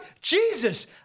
Jesus